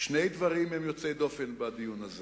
ושני דברים הם יוצאי דופן בדיון הזה: